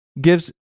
gives